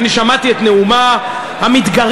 אני שמעתי את נאומה המתגרה,